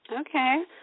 Okay